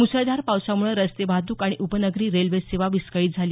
मुसळधार पावसामुळं रस्ते वाहतूक आणि उपनगरी रेल्वे सेवा विस्कळित झाली